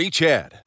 Chad